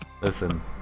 Listen